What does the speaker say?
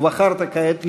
ובחרת כעת לבנות,